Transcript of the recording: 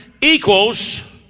equals